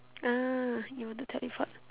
ah you want to teleport